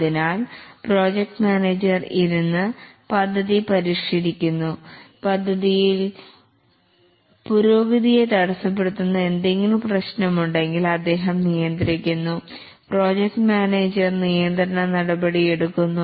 അതിനാൽ project manager ഇരുന്നു പദ്ധതി പരിഷ്കരിക്കുന്നു പദ്ധതി യിൽ പുരോഗതിയെ തടസ്സപ്പെടുത്തുന്ന എന്തെങ്കിലും പ്രശ്നം ഉണ്ടെങ്കിൽ അദ്ദേഹം നിയന്ത്രിക്കുന്നു പ്രോജക്ട് മാനേജർ നിയന്ത്രണ നടപടി എടുക്കുന്നു